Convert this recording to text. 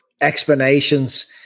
explanations